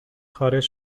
خارج